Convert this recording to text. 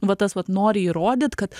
vat tas vat nori įrodyt kad